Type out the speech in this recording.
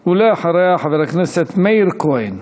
ואחריה, חבר הכנסת מאיר כהן.